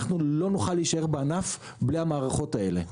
אנחנו לא נוכל להישאר בענף בלי המערכות האלה.